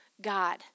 God